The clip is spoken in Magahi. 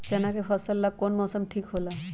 चाना के फसल ला कौन मौसम ठीक होला?